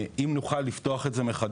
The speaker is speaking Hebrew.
זה יהיה מצוין אם נוכל לפתוח את זה מחדש,